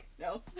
No